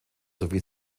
sowie